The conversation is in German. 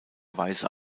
weiße